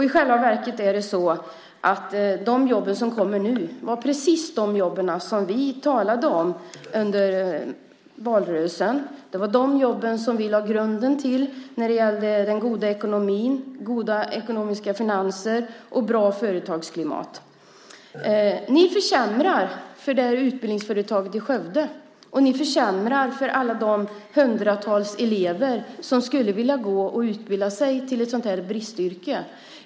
I själva verket är det så att de jobb som kommer nu är precis de jobb som vi talade om under valrörelsen. Det var de jobben som vi lade grunden till när det gäller den goda ekonomin, goda finanser och bra företagsklimat. Ni försämrar för utbildningsföretaget i Skövde, och ni försämrar för alla de hundratals elever som skulle vilja utbilda sig till ett bristyrke.